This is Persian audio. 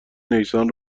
نیسان